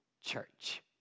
church